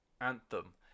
anthem